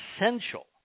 essential